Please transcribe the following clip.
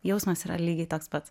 jausmas yra lygiai toks pat